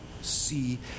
see